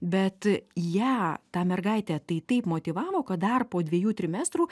bet ją tą mergaitę tai taip motyvavo kad dar po dviejų trimestrų